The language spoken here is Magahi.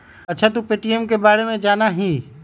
अच्छा तू पे.टी.एम के बारे में जाना हीं?